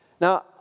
Now